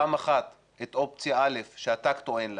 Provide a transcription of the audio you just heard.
פעם אחת את אופציה א', שאתה טוען לה,